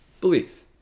belief